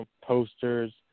posters